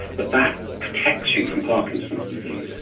that that protects you from parkinson's disease.